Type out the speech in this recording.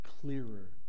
clearer